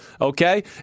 okay